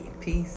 peace